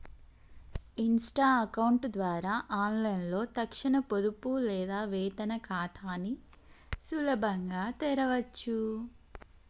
Insta account ద్వారా ఆన్లైన్లో తక్షణ పొదుపు లేదా వేతన ఖాతాని సులభంగా తెరవచ్చు